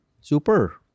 Super